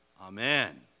Amen